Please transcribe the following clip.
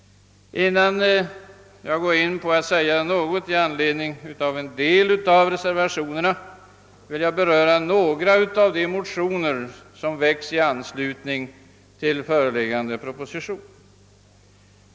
Innan jag går in på reservationerna vill jag beröra några av de motioner som väckts i anslutning till föreliggande proposition.